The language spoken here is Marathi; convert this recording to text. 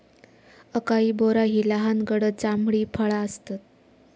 अकाई बोरा ही लहान गडद जांभळी फळा आसतत